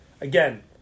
again